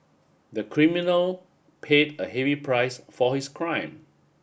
the criminal paid a heavy price for his crime